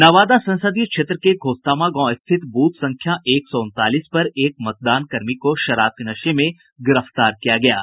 नवादा संसदीय क्षेत्र के घोस्तामा गांव स्थित बूथ संख्या एक सौ उनतालीस पर एक मतदान कर्मी को शराब के नशे में गिरफ्तार किया गया है